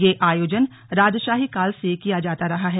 ये आयोजन राजशाही काल से किया जाता रहा है